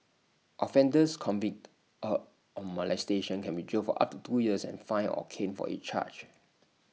offenders convict of molestation can be jailed for up to two years and fined or caned for each charge